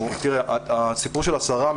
הסיפור של הסרה,